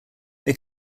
they